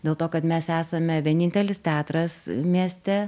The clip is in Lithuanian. dėl to kad mes esame vienintelis teatras mieste